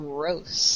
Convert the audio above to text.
Gross